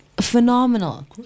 Phenomenal